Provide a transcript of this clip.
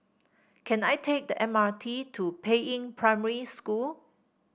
can I take the M R T to Peiying Primary School